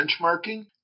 benchmarking